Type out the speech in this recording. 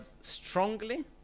strongly